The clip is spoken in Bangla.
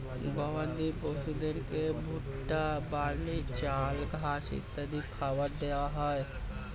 গবাদি পশুদেরকে ভুট্টা, বার্লি, চাল, ঘাস ইত্যাদি খাবার দেওয়া হয়